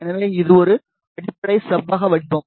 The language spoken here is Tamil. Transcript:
எனவே இது ஒரு அடிப்படை செவ்வக வடிவம்